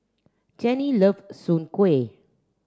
Jenni love Soon Kway